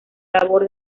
labor